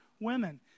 women